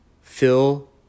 fill